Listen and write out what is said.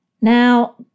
Now